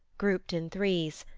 grouped in threes,